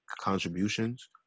contributions